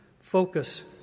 focus